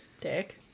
dick